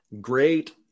Great